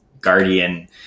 guardian